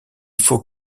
faut